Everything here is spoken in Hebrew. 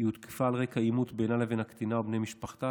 הותקפה על רקע עימות בינה לבין הקטינה ובני משפחתה,